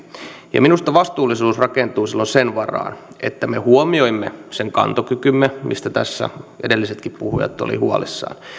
ja minusta vastuullisuus rakentuu silloin sen varaan että me huomioimme sen kantokykymme mistä tässä edellisetkin puhujat olivat huolissaan